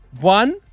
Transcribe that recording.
One